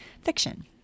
fiction